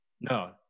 no